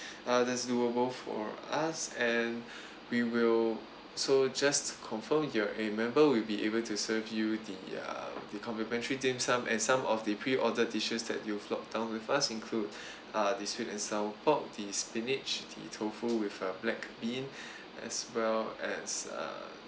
uh that's doable for us and we will so just confirm you are a member we'll be able to serve you the err the complimentary dim sum and some of the pre order dishes that you flop down with us include uh the sweet and sour pork the spinach the tofu with a black bean as well as uh